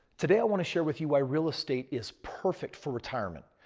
today, i want to share with you why real estate is perfect for retirement.